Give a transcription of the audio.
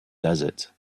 desert